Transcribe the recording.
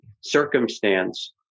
circumstance